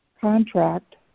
contract